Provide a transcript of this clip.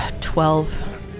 Twelve